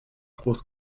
groß